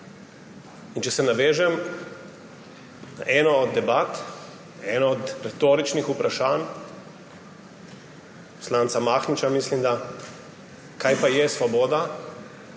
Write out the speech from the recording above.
Če se navežem na eno od debat, eno od retoričnih vprašanj poslanca Mahniča, mislim da, kaj pa je svoboda.